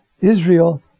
Israel